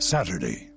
Saturday